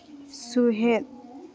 ᱥᱩᱦᱮᱫ